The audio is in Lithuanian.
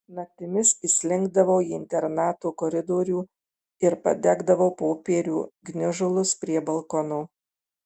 naktimis išslinkdavau į internato koridorių ir padegdavau popierių gniužulus prie balkono